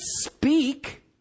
speak